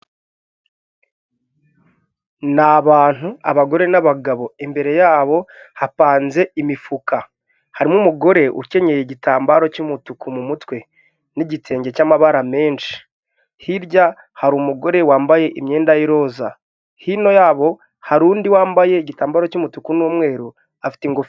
Ni abantu abagore, n'abagabo, imbere yabo hapanze imifuka harimo umugore ukenyeye igitambaro cy'umutuku mu mutwe n'igisengenge cy'amabara menshi, hirya hari umugore wambaye imyenda y'iroza hino yabo hari undi wambaye igitambaro cy'umutuku n'umweru afite ingufu.